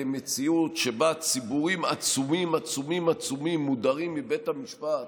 מציאות שבה ציבורים עצומים עצומים מודרים מבית המשפט,